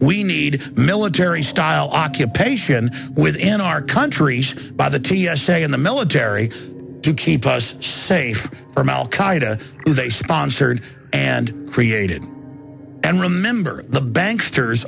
we need military style occupation within our country by the t s a in the military to keep us safe from al qaeda who they sponsored and created and remember the banks